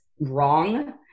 wrong